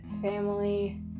family